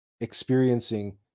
experiencing